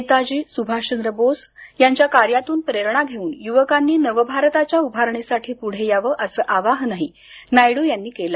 नेताजी सुभाषचंद्र बोस यांच्या कार्यातून प्रेरणा घेऊन युवकांनी नवभारताच्या उभारणीसाठी पुढे यावं असं आवाहन नायडू यांनी केलं